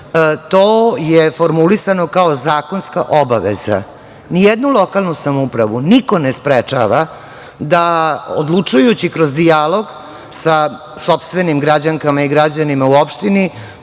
to je formulisano kao zakonska obaveza. Nijednu lokalnu samoupravu niko ne sprečava da, odlučujući kroz dijalog sa sopstvenim građankama i građanima u opštini,